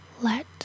Let